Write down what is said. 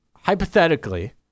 Hypothetically